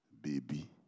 Baby